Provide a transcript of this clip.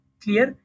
clear